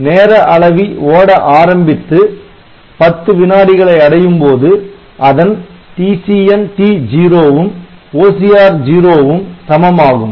நேர அளவி ஓட ஆரம்பித்து 10 வினாடிகளை அடையும்போது அதன் TCNT0 ம் OCR0 ம் சமம் ஆகும்